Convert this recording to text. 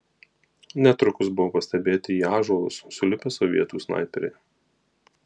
netrukus buvo pastebėti į ąžuolus sulipę sovietų snaiperiai